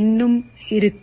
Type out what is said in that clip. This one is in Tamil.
இன்னும் இருக்கும்